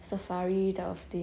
safari type of thing